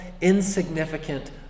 insignificant